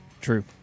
True